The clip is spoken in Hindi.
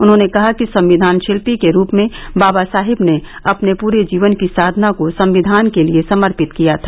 उन्होंने कहा कि संविधान शिल्पी के रूप में बाबा साहेब ने अपने पूरे जीवन की साधना को संविधान के लिये समर्पित किया था